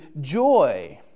joy